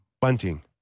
bunting